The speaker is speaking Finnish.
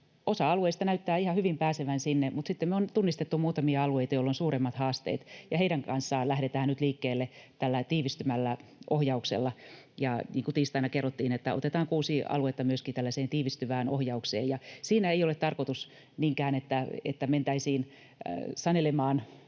osa alueista näyttää ihan hyvin pääsevän sinne. Mutta sitten me on tunnistettu muutamia alueita, joilla on suuremmat haasteet, ja heidän kanssaan lähdetään nyt liikkeelle tällä tiivistyvällä ohjauksella. Ja niin kuin tiistaina kerrottiin, otetaan kuusi aluetta myöskin tällaiseen tiivistyvään ohjaukseen, ja siinä ei ole tarkoitus niinkään, että mentäisiin sanelemaan